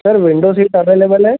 sir window seat available है